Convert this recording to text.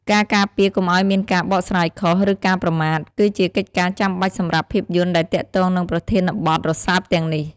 ការការពារកុំឱ្យមានការបកស្រាយខុស ឬការប្រមាថ គឺជាកិច្ចការចាំបាច់សម្រាប់ភាពយន្តដែលទាក់ទងនឹងប្រធានបទរសើបទាំងនេះ។